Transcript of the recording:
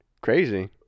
Crazy